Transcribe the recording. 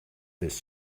this